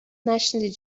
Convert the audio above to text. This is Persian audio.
نشنیدی